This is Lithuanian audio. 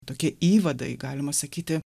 tokie įvadai galima sakyti